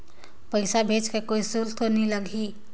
पइसा भेज कर कोई शुल्क तो नी लगही?